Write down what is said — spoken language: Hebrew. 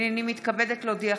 הינני מתכבדת להודיעכם,